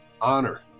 honor